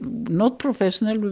not professional,